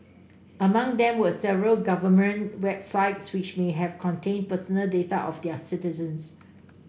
among them were several government websites which may have contained personal data of their citizens